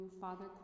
Father